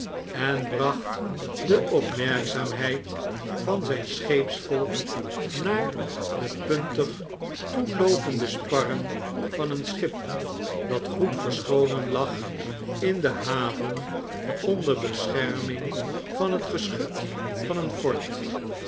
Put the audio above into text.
en bracht de opmerkzaamheid van zijn scheepsvolk naar de puntig toeloopende sparren van een schip dat goed verscholen lag in de haven onder bescherming van het geschut van een fort